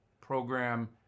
program